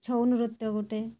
ଛଉ ନୃତ୍ୟ ଗୋଟେ